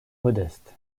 modeste